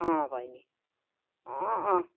अँ बैनी अँ अँ